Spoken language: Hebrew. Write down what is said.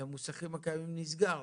למוסכים הקיימים נסגר,